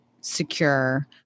secure